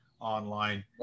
online